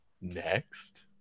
next